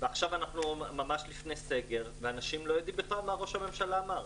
ועכשיו אנחנו ממש לפני סגר ואנשים לא יודעים מה ראש הממשלה אמר.